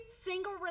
single